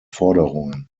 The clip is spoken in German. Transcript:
forderungen